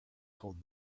told